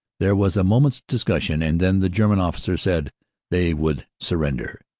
there was a moment's discussion and then the german officer said they would surrender.